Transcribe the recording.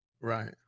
Right